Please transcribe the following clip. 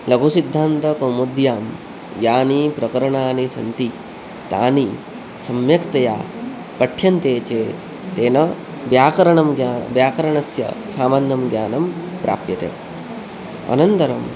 लघुसिद्धान्तकौमुद्यां यानि प्रकरणानि सन्ति तानि सम्यक्तया पठ्यन्ते चेत् तेन व्याकरणं ग्या व्याकरणस्य सामान्यं ज्ञानं प्राप्यते अनन्तरं